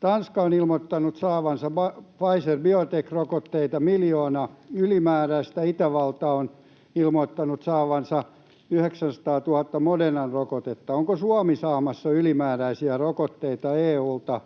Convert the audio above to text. Tanska on ilmoittanut saavansa Pfizer-Biontech-rokotteita miljoona ylimääräistä, Itävalta on ilmoittanut saavansa 900 000 Moderna-rokotetta. Onko Suomi saamassa ylimääräisiä rokotteita EU:lta?